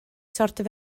sortio